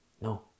No